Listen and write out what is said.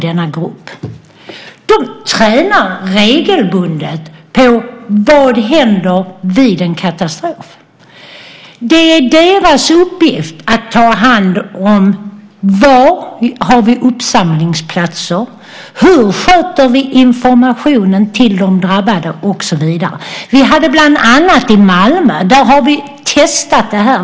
De tränar regelbundet vad som händer vid en katastrof. Det är deras uppgift att ta hand om var uppsamlingsplatser finns, hur informationen till de drabbade sköts och så vidare. I Malmö har vi testat detta.